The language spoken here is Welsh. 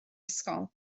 ysgol